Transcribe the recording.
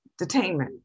detainment